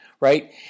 right